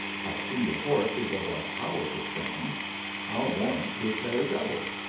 i see your horse is of a powerful frame i ll warrant he ll carry double.